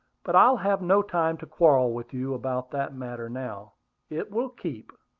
but i have no time to quarrel with you about that matter now it will keep.